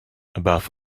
above